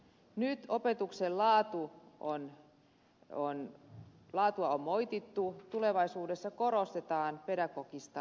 nyt opetuksen laatua on moitittu tulevaisuudessa korostetaan pedagogista osaamista